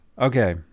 Okay